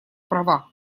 права